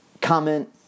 comment